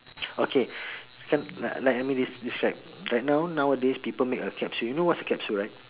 okay can like I mean this this right like now nowadays people make a capsule you know what's a capsule right